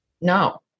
No